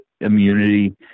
immunity